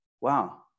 wow